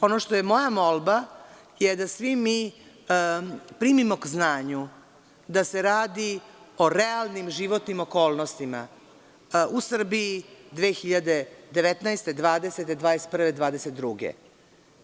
Ono što je moja molba je da svi mi primimo k znanju da se radi o realnim životnim okolnostima u Srbiji 2019, 2020, 2021. i 2022. godine.